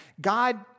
God